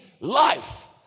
life